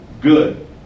good